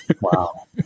Wow